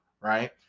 right